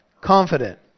Confident